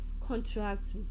contracts